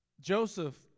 Joseph